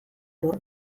lur